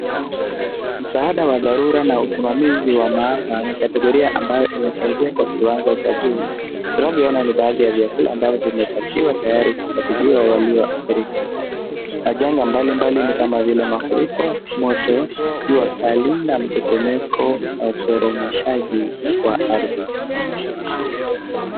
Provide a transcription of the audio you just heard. Msaada wa dharura na usimamizi wa maafa ni kategoria ambayo imesaidia kwa kiwango cha juu. Tunavyoona ni baadhi ya vyakula ambavyo vimepakiwa tayari kukabidhiwa waliohadhirika. Majanga mbalimbali ni kama vile mafuriko, moto, jua kali na mtetemeko na uporomoshaji wa ardhi.